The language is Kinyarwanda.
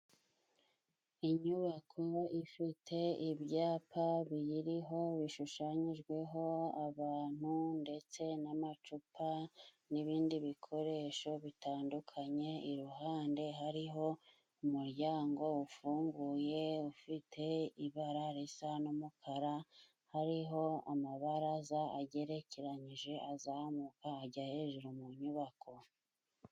Inyubako ifite ibyapa biyiriho bishushanyijweho abantu ndetse n'amacupa n'ibindi bikoresho bitandukanye, iruhande hariho umuryango ufunguye ufite ibara risa n'umukara, hariho amabaraza agerekeranyije azamuka ajya hejuru mu nyubako.